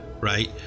right